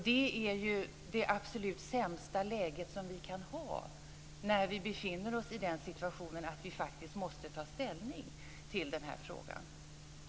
Det är det absolut sämsta läge som man kan tänka sig när vi befinner oss i den situationen att vi faktiskt måste ta ställning till denna fråga.